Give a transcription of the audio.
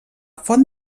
font